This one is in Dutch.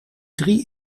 drie